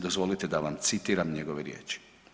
Dozvolite da vam citiram njegove riječi.